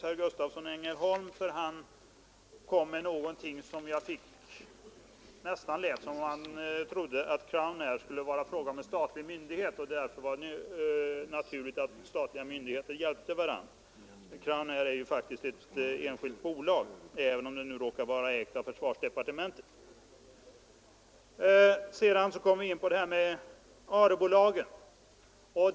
Han framförde något som jag nästan tyckte lät som om han trodde att Crownair var en statlig myndighet och att det var naturligt att statliga myndigheter hjälpte varandra. Men Crownair är faktiskt ett enskilt bolag även om det råkar vara ägt av försvarsdepartementet. Sedan kom vi in på detta med ARE-bolagen.